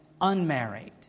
unmarried